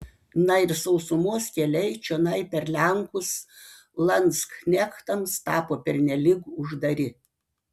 na ir sausumos keliai čionai per lenkus landsknechtams tapo pernelyg uždari